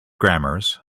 grammars